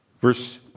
Verse